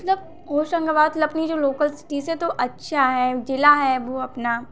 मतलब होशंगाबाद अपनी जो लोकल सिटी से तो अच्छा है ज़िला है वो अपना